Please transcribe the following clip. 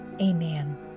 amen